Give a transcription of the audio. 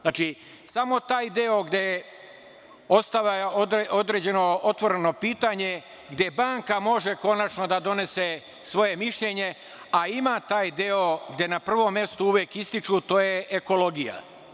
Znači, samo taj deo, ostalo je određeno otvoreno pitanje, gde banka može konačno da donese svoje mišljenje, a ima taj deo gde na prvom mestu uvek ističu, a to je ekologija.